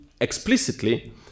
explicitly